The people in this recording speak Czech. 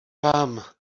vám